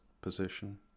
position